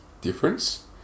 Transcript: difference